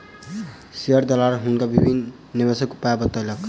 share दलाल हुनका विभिन्न निवेशक उपाय बतौलक